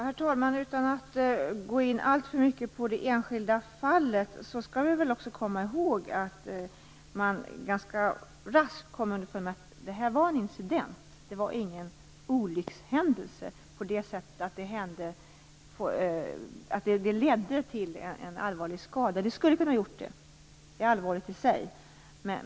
Herr talman! Utan att gå in alltför mycket på det enskilda fallet vill jag påminna om att man ganska raskt kom underfund med att detta var en incident, att det inte var en olyckshändelse som ledde till en allvarlig skada. Det skulle ha kunnat bli så, vilket är allvarligt i sig.